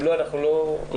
אם לא, לא נקבל.